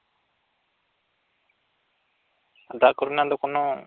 ᱫᱟᱜ ᱠᱚᱨᱮᱱᱟᱜ ᱫᱚ ᱠᱳᱱᱳ